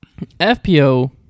FPO